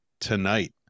tonight